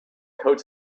coats